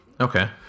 Okay